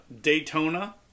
Daytona